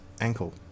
ankle